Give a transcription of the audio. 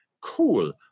Cool